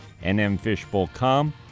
nmfishbowl.com